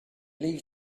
leave